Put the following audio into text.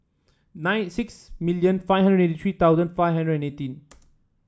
nine six million five hundred eighty three thousand five hundred and eighteen